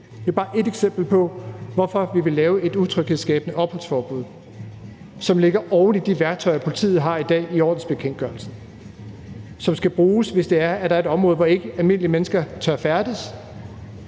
Det er bare ét eksempel på, hvorfor vi vil lave et tryghedsskabende opholdsforbud, som ligger oven i de værktøjer, politiet har i dag i ordensbekendtgørelsen, og som skal bruges, hvis der er et område, hvor almindelige mennesker ikke tør færdes,